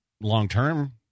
long-term